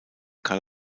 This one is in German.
kann